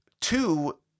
two